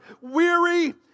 weary